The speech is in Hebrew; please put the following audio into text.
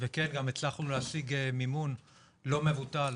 וכן גם הצלחנו להשיג מימון לא מבוטל